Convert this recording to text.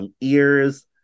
ears